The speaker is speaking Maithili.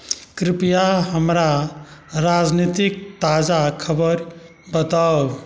कृपया हमरा राजनीतिक ताजा खबरि बताउ